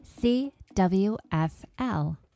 CWFL